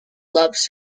loves